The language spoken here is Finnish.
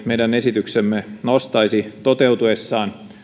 meidän esityksemme nostaisi toteutuessaan